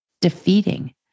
defeating